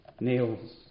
nails